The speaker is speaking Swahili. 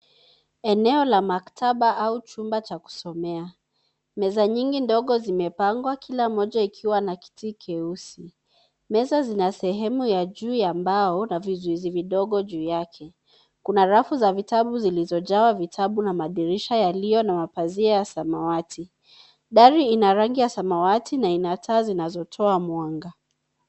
Eneo la maktaba au chumba cha kusomea. Meza nyingi ndogo zimepangwa kila moja ikiwa na kiti keusi. Meza zina sehemu ya juu ya mbao na vizuizi vidogo juu yake. Kuna rafu za vitabu zilizojawa vitabu na madirisha yaliyo na mapazia ya samawati. Dari ina rangi ya samawati na ina taa zinazotoa mwanga.